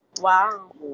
Wow